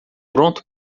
pronto